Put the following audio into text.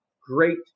great